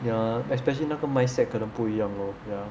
ya especially 那个 mind-set 可能不一样 lor ya